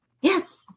Yes